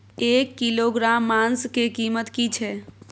एक किलोग्राम मांस के कीमत की छै?